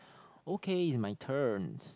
okay it's my turn